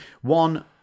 One